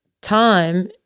time